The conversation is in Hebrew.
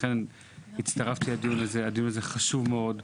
לכן הצטרפתי לדיון הזה, שהוא חושב מאוד.